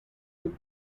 you